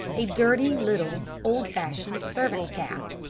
a dirty little, old-fashioned servant's cap.